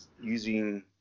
using